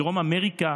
מדרום אמריקה,